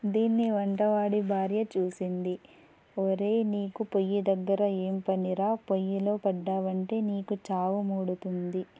దీన్ని వంటవాడి భార్య చూసింది ఒరేయి నీకు పొయ్యి దగ్గర ఏమి పనిరా పొయ్యిలో పడ్డావంటే నీకు చావు మూడుతుంది